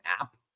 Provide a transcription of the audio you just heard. app